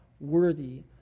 worthy